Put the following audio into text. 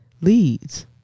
leads